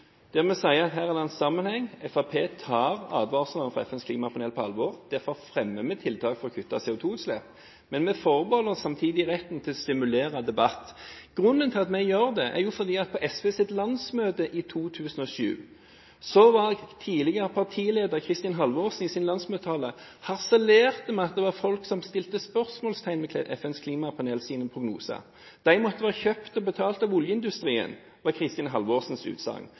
vi sier at det er en sammenheng. Fremskrittspartiet tar advarslene fra FNs klimapanel på alvor. Derfor fremmer vi tiltak for å kutte CO2-utslipp, men vi forbeholder oss samtidig retten til å stimulere til debatt. Grunnen til at vi gjør det, er at på SVs landsmøte i 2007 harselerte tidligere partileder Kristin Halvorsen i sin landsmøtetale med at det var folk som satte spørsmålstegn ved FNs klimapanels prognoser. De måtte være kjøpt og betalt av oljeindustrien, var Kristin Halvorsens utsagn.